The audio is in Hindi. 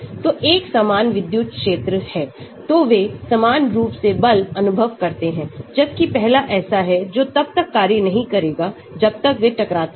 तो एक समान विद्युत क्षेत्र है तो वे समान रूप से बल अनुभव करते हैं जबकि पहला ऐसा है जो तब तक कार्य नहीं करेगा जब तक वे टकराते नहीं